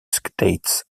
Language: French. states